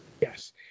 Yes